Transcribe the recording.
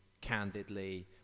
candidly